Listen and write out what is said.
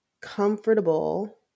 comfortable